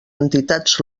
entitats